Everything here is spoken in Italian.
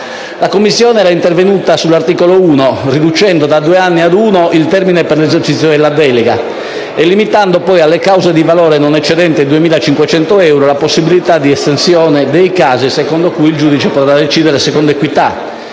La Commissione è intervenuta sull'articolo 1 riducendo da due anni ad uno il termine per l'esercizio della delega, limitando poi alle cause di valore non eccedente i 2.500 euro la possibilità di estensione dei casi in cui il giudice di pace potrà decidere secondo equità